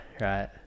right